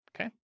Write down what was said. Okay